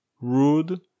rude